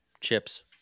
chips